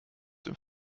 dem